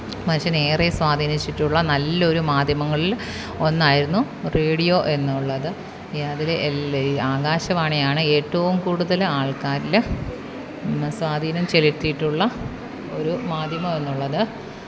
മനുഷ്യനെ ഏറെ സ്വാധീനിച്ചിട്ടുള്ള നല്ലൊരു മാധ്യമങ്ങളിൽ ഒന്നായിരുന്നു റേഡിയോ എന്നുള്ളത് അതിൽ എല്ലാം ഈ ആകാശവാണിയാണ് ഏറ്റവും കൂടുതൽ ആള്ക്കാരിൽ സ്വാധീനം ചെലുത്തിയിട്ടുള്ള ഒരു മാധ്യമം എന്നുള്ളത്